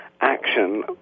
action